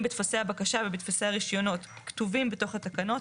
בטפסי הבקשה ובטפסי הרישיונות כתובים בתוך התקנות,